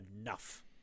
enough